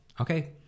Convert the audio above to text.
Okay